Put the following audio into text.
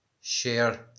share